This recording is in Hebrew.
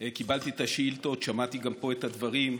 קיבלתי את השאילתות, שמעתי גם פה את הדברים,